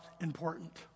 important